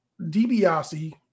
DiBiase